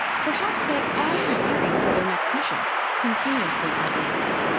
perhaps they are preparing for their next mission continuously as they speak.